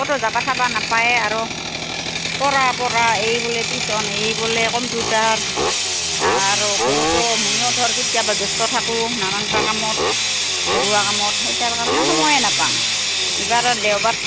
কতো যাবা চাবা নাপায় আৰু পৰাা পৰা এই বোলে টিউচন এই বোলে কম্পিউটাৰ আৰু ঘৰতো ময়ো ধৰ কেতিয়াবা ব্যস্ত থাকোঁ নানানটা কামত ঘৰুৱা কামত সেইটাৰ কাৰণে সময়ে নাপাওঁ ইবাৰ দেওবাত